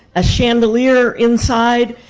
a chandelier inside.